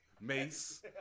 Mace